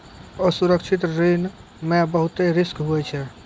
असुरक्षित ऋण मे बहुते रिस्क हुवै छै